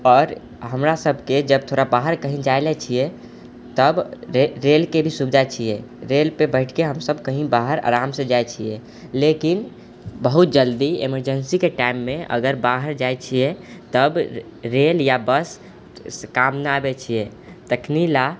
आओर हमरासभके जब थोड़ा बाहर कहीं जाय लए छियै तब रे रेलके भी सुविधा छियै रेलपर बैठकऽ हमसभ कहीं बाहर आरामसँ जाइ छियै लेकिन बहुत जल्दी इमर्जेन्सीके टाइममे अगर बाहर जाइ छियै तब रेल या बस काम नहि आबै छियै तखनि लए